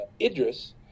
idris